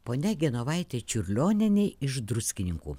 ponia genovaitė čiurlionienė iš druskininkų